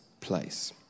place